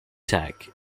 tag